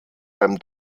beim